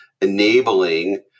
enabling